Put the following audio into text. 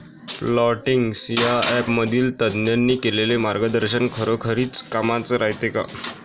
Plantix या ॲपमधील तज्ज्ञांनी केलेली मार्गदर्शन खरोखरीच कामाचं रायते का?